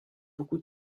beaucoup